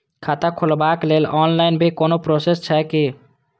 खाता खोलाबक लेल ऑनलाईन भी कोनो प्रोसेस छै की?